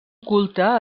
culte